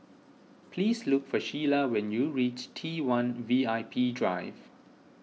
please look for Shiela when you reach T one V I P Drive